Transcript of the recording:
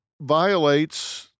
violates